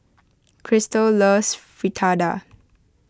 Krystle loves Fritada